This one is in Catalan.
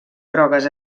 grogues